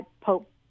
Pope